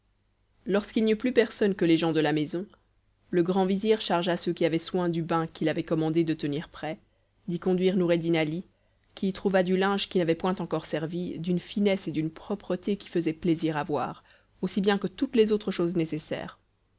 lorsqu'il n'y eut plus personne que les gens de la maison le grand vizir chargea ceux qui avaient soin du bain qu'il avait commandé de tenir prêt d'y conduire noureddin ali qui y trouva du linge qui n'avait point encore servi d'une finesse et d'une propreté qui faisaient plaisir à voir aussi bien que toutes les autres choses nécessaires